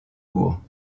cours